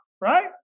right